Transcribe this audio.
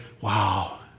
wow